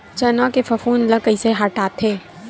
चना के फफूंद ल कइसे हटाथे?